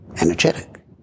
energetic